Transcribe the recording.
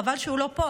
חבל שהוא לא פה,